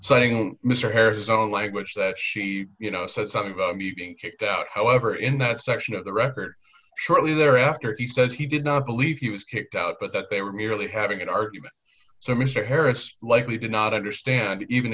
saying mr harris on language that she you know said something about me being kicked out however in that section of the record shortly thereafter he says he did not believe he was kicked out but that they were merely having an argument so mr harris likely did not understand even